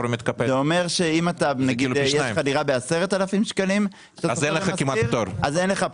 זה אומר שאם יש לך דירה ב-10,000 ₪ אין לך פטור,